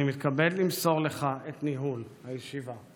אני מתכבד למסור לך את ניהול הישיבה.